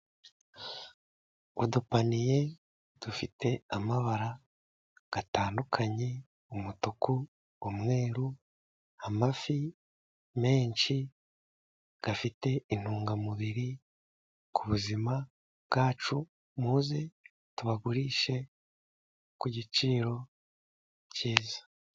Udupaniye dufite amabara atandukanye, umutuku, umweru. Amafi menshi afite intungamubiri ku buzima bwacu, muze tubagurishe ku giciro cyiza.